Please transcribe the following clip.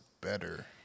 better